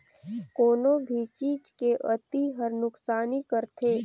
कोनो भी चीज के अती हर नुकसानी करथे